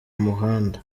muhanda